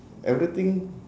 everything